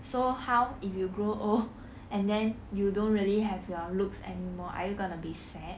so how if you grow old and then you don't really have your looks anymore are you gonna be sad